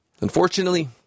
Unfortunately